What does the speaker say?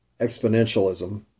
exponentialism